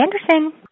Anderson